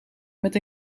met